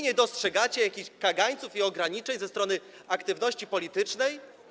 Nie dostrzegacie jakichś kagańców i ograniczeń ze strony aktywności politycznej?